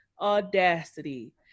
audacity